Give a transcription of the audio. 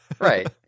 Right